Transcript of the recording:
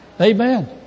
Amen